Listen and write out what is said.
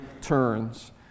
Turns